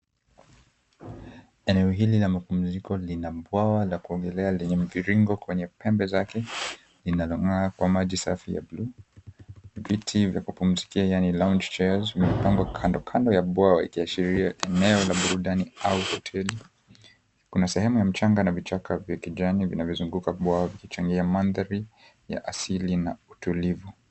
Eneo hili la mapumziko lina bwawa la kuogelea lenye mviringo kwenye pembe zake inalong'aa kwa maji safi ya blue . Viti vya kupumzikia yaani lounge chairs imepangwa kandokando ya bwawa ikiashiria eneo la burudani au hoteli. Kuna sehemu ya mchanga na vichaka vya kijani vinavyozunguka bwawa vikichangia mandhari ya asili na utulivu.